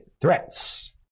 threats